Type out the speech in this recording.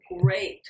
great